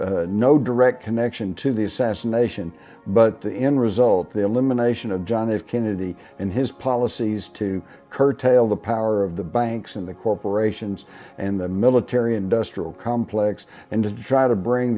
had no direct connection to the assassination but the end result the elimination of john f kennedy and his policies to curtail the power of the banks and the corporations and the military industrial complex and to try to bring